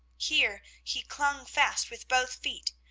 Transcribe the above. here he clung fast with both feet,